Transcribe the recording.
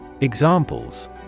Examples